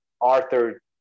Arthur